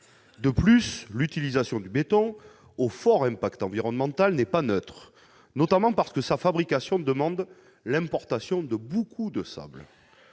De plus, l'utilisation du béton, qui a un fort impact environnemental, n'est pas neutre, notamment parce que sa fabrication exige l'importation de beaucoup de sable.